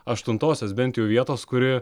aštuntosios bent jau vietos kuri